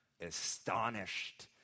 astonished